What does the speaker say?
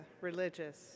religious